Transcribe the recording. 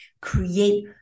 create